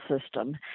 system